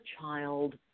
child